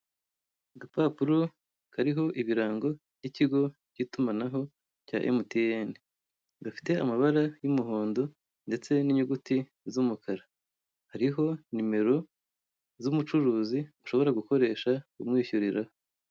Agapapuro kariho ibirango by'igiko k'itumanaho cya Emutiyeni, gafite amabara y'umuhondo ndetse n'inyuguti z'umukara, hariho nimero z'umucuruzi ushobora gukoresha umwishyuriraho.